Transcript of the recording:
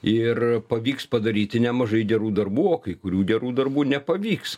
ir pavyks padaryti nemažai gerų darbų kai kurių gerų darbų nepavyks